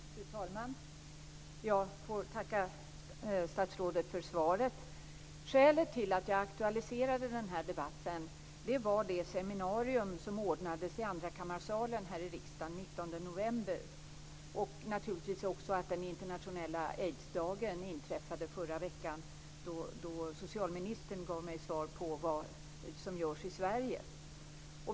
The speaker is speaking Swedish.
Fru talman! Jag får tacka statsrådet för svaret. Skälet till att jag aktualiserade den här debatten var det seminarium som ordnades i andrakammarsalen här i riksdagen den 19 november, samt naturligtvis att den internationella aidsdagen inträffade förra veckan. Socialministern gav mig då svar på vad som görs i Sverige.